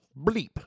Bleep